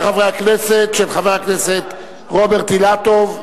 של חבר הכנסת רוברט אילטוב.